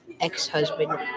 ex-husband